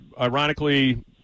ironically